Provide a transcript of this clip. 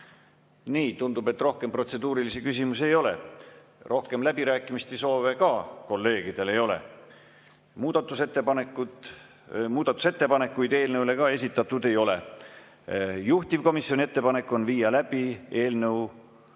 Tundub, et rohkem protseduurilisi küsimusi ei ole, rohkem läbirääkimiste soove ka kolleegidel ei ole. Muudatusettepanekuid eelnõu kohta samuti esitatud ei ole. Juhtivkomisjoni ettepanek on viia läbi eelnõu